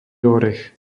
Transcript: orech